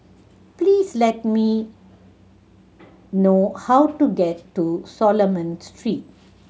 please let me know how to get to Solomon Street